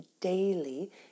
daily